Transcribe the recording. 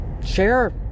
share